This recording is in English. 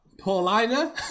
Paulina